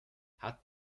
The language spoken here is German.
hat